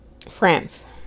France